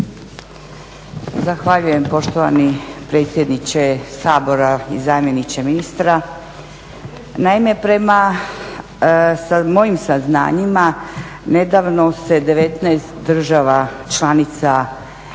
Zahvaljujem poštovani predsjedniče Sabora i zamjeniče ministra. Naime, prema mojim saznanjima nedavno se 19 država članica